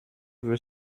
veut